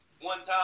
one-time